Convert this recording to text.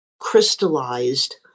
crystallized